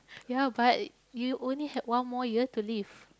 ya but you only had one more year to live